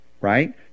right